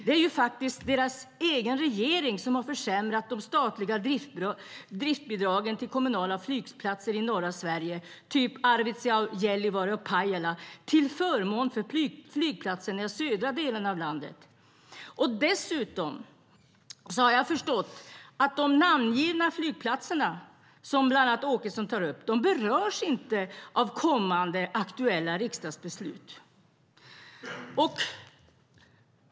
Det är faktiskt deras egen regering som har försämrat de statliga driftbidragen till kommunala flygplatser i norra Sverige, till exempel Arvidsjaur, Gällivare och Pajala, till förmån för flygplatserna i de södra delarna av landet. Dessutom har jag förstått att de namngivna flygplatserna, som bland annat Åkesson tar upp, inte berörs av kommande aktuella riksdagsbeslut.